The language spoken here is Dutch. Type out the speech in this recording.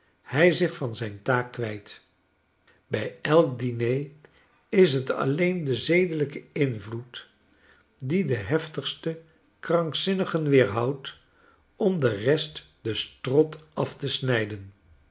wijzehy zich van zijn taak kwyt bij elk diner is t alleen de zedelijke invloed die de heftigste krankzinnigen weerhoudt om de rest de strot af te snyden